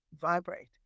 vibrate